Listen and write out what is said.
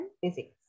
physics